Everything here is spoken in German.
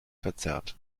verzerrt